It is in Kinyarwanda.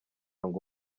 ngo